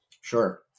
Sure